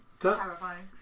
terrifying